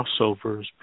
crossovers